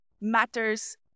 matters